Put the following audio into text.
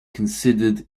considered